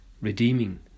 redeeming